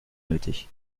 nötig